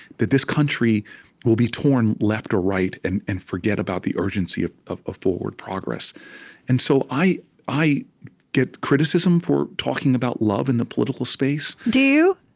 but this country will be torn left or right and and forget about the urgency of of forward progress and so i i get criticism for talking about love in the political space, do you?